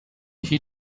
she